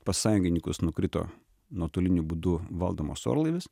pas sąjungininkus nukrito nuotoliniu būdu valdomas orlaivis